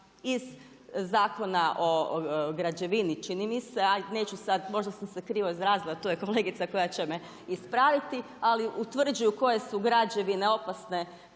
iz Zakona o građevini čini mi se, a i neću sada možda sam se krivo izrazila tu je kolegica koja će me ispraviti, ali utvrđuju koje su građevine opasne